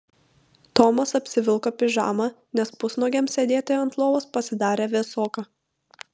tomas apsivilko pižamą nes pusnuogiam sėdėti ant lovos pasidarė vėsoka